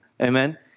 Amen